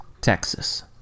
Texas